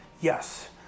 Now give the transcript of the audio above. Yes